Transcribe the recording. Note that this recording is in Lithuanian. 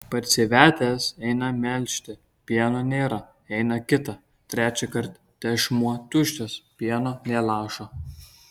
parsivedęs eina melžti pieno nėra eina kitą trečią kartą tešmuo tuščias pieno nė lašo